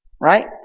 Right